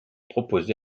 proposé